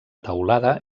teulada